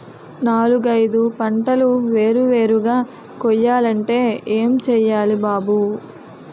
నాలుగైదు పంటలు వేరు వేరుగా కొయ్యాలంటే ఏం చెయ్యాలి బాబూ